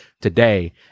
today